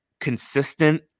consistent